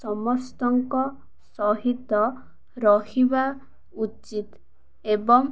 ସମସ୍ତଙ୍କ ସହିତ ରହିବା ଉଚିତ ଏବଂ